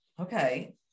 Okay